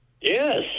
Yes